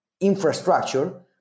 infrastructure